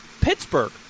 Pittsburgh